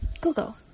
Google